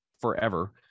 forever